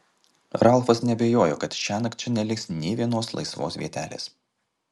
ralfas neabejojo kad šiąnakt čia neliks nė vienos laisvos vietelės